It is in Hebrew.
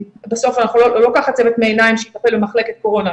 בסוף אני לא לוקחת צוות מעיניים שיטפל במחלקת קורונה,